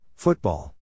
Football